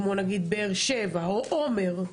כמו למשל באר שבע או עומר,